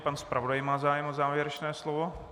Pan zpravodaj má zájem o závěrečné slovo.